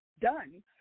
done